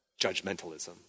judgmentalism